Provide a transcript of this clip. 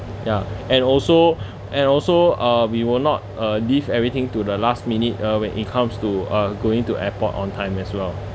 ya and also and also uh we will not uh leave everything to the last minute uh when it comes to uh going to airport on time as well